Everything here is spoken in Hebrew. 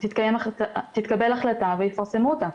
תתקבל החלטה ויפרסמו אותה.